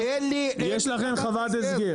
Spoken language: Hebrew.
יש לכם חוות הסגר.